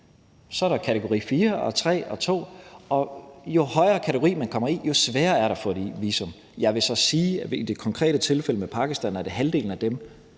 Så er der kategori 4, 3 og 2, og jo højere kategori, man kommer i, jo sværere er det at få et visum. Jeg vil så sige, at i det konkrete tilfælde med Pakistan er det halvdelen af dem,